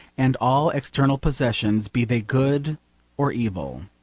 and all external possessions, be they good or evil.